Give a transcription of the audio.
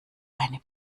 eine